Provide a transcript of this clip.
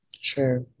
Sure